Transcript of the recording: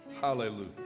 Hallelujah